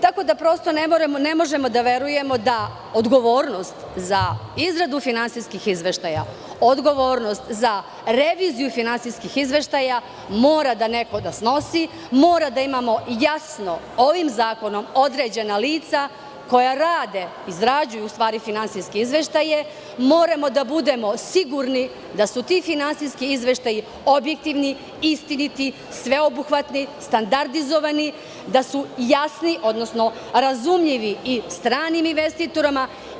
Tako da, prosto ne možemo da verujemo da odgovornost za izradu finansijskih izveštaja, odgovornost za reviziju finansijskih izveštaja mora neko da snosi, moramo jasno ovim zakonom da imamo određena lica koja rade, u stvari izrađuju finansijske izveštaje, moramo da budemo sigurni da su ti finansijski izveštaji objektivni, istiniti, sveobuhvatni, standardizovani, da su jasni, odnosno razumljivi i stranim investitorima.